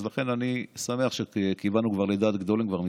אז לכן אני שמח שכיוונו לדעת גדולים כבר מזמן.